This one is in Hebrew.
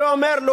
והוא אומר לו,